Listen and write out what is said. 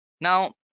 Now